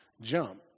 Jump